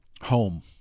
home